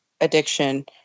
addiction